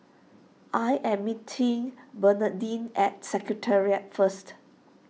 I am meeting Bernardine at Secretariat first